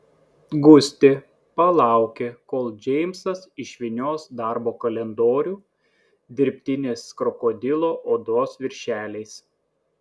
gustė palaukė kol džeimsas išvynios darbo kalendorių dirbtinės krokodilo odos viršeliais